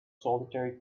solitary